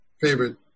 favorite